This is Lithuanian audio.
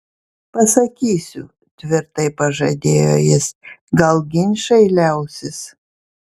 pasakysiu tvirtai pažadėjo jis gal ginčai liausis